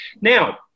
Now